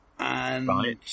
Right